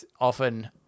often